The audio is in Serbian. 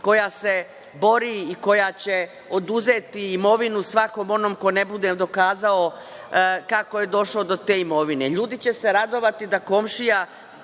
koja se bori i koja će oduzeti imovinu svakom onom ko ne bude dokazao kako je došao do te imovine, ljudi će se radovati da mu